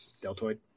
deltoid